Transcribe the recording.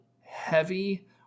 heavy